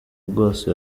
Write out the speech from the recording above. bwose